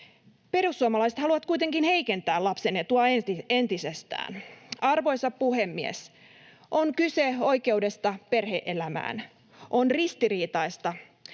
Perussuomalaiset haluavat kuitenkin heikentää lapsen etua entisestään. Arvoisa puhemies! On kyse oikeudesta perhe-elämään. On ristiriitaista,